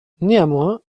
néanmoins